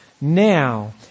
Now